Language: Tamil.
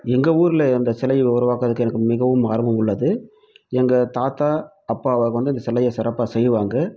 எங்கள் ஊர்ல அந்த சிலை உருவாக்குறக்கு எனக்கு மிகவும் ஆர்வம் உள்ளது எங்கள் தாத்தா அப்பா வந்து இந்த சிலையை சிறப்பாக செய்வாங்கள்